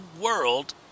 world